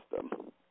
system